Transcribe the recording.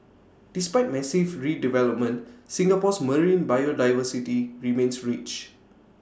despite massive redevelopment Singapore's marine biodiversity remains rich